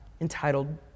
entitled